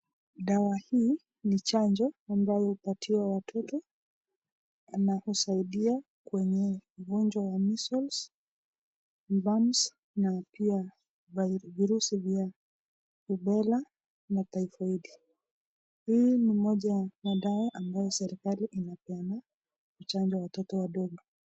Dawa hii ni chanjo ambayo hupatiwa watoto na husaidia kwenye ugonjwa wa measles, mumps na ukiwa na virusi vya rubella na taifohidi, hii ni Moja ya madawa ambayo serikali inapeana uchanjo wa watoto wadogo.